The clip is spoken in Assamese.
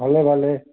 ভালে ভালে